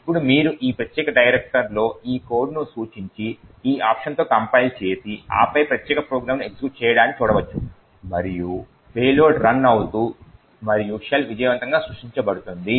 ఇప్పుడు మీరు ఈ ప్రత్యేక డైరెక్టరీలో ఈ కోడ్ను సూచించి ఈ ఆప్షన్స్ తో కంపైల్ చేసి ఆపై ఈ ప్రత్యేక ప్రోగ్రామ్ను ఎగ్జిక్యూట్ చేయడాన్ని చూడవచ్చు మరియు పేలోడ్ రన్ అవుతూ మరియు షెల్ విజయవంతంగా సృష్టించబడుతుంది